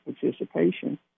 participation